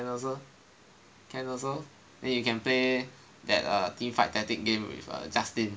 can also can also then you can go play Teamfight Tactics with err Justin